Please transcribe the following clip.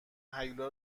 هیولا